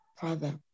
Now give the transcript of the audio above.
Father